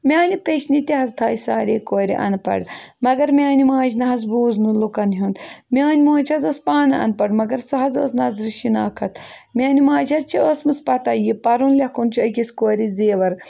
میانہِ پیچنہِ تہِ حظ تھایہِ سارے کورِ اَن پَڑھ مگر میانہِ ماجہِ نہ حظ بوٗز نہٕ لُکَن ہُنٛد میٲنۍ موج حظ ٲس پانہٕ اَن پَڑھ مگر سۄ حظ ٲس نظرِ شِناخت میٛانہِ ماجہِ حظ چھِ ٲسمٕژ پَتہ یہِ پَرُن لیکھُن چھُ أکِس کورِ زیٚور